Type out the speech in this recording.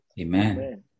Amen